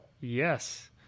Yes